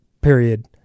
period